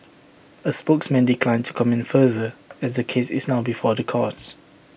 A spokesman declined to comment further as the case is now before the courts